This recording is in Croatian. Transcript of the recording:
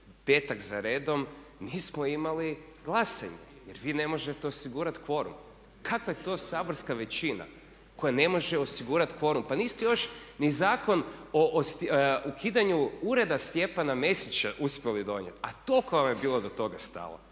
petak za redom nismo imali glasanje jer vi ne možete osigurati kvorum. Kakva je to saborska većina koja ne može osigurati kvorum? Pa niste još ni Zakon o ukidanju ureda Stjepana Mesića uspjeli donijeti, a toliko vam je bilo do toga stalo.